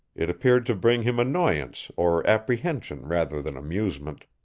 it appeared to bring him annoyance or apprehension rather than amusement.